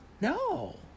No